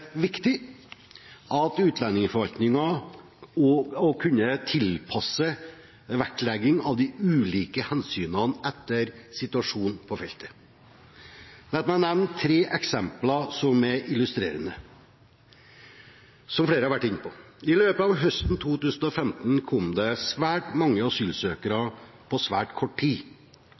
viktig at utlendingsforvaltningen kan tilpasse vektlegging av de ulike hensynene etter situasjonen på feltet. La meg nevne tre eksempler som er illustrerende, og som flere har vært inne på. I løpet av høsten 2015 kom det svært mange asylsøkere på svært kort tid.